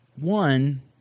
One